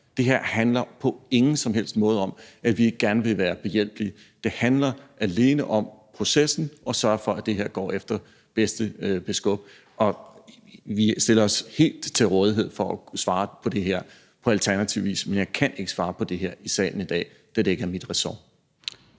Det her handler på ingen som helst måde om, at vi ikke gerne vil være behjælpelige. Det handler alene om processen og om at sørge for, at det her går efter bedste beskub. Og vi stiller os helt til rådighed for at kunne svare på det her på alternativ vis, men jeg kan ikke svare på det her i salen i dag, da det ikke er mit ressort.